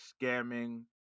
scamming